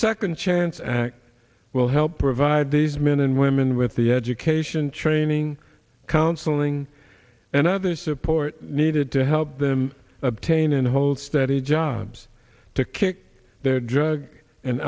second chance act will help provide these men and women with the education training counseling and other support needed to help them obtain and hold steady jobs to kick their drug and